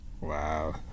Wow